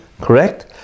correct